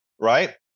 right